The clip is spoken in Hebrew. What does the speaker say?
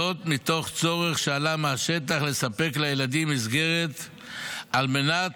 זאת מתוך צורך שעלה מהשטח לספק לילדים מסגרת על מנת